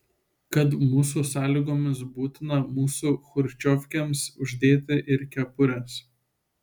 kad mūsų sąlygomis būtina mūsų chruščiovkėms uždėti ir kepures